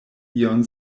ion